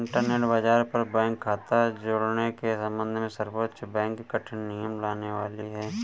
internet बाज़ार पर bank खता जुड़ने के सम्बन्ध में सर्वोच्च बैंक कठिन नियम लाने वाली है